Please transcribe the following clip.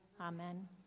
Amen